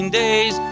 days